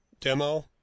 demo